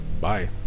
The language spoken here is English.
Bye